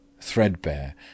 threadbare